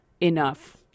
enough